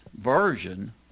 version